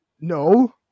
no